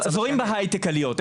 רואים בהייטק עליות,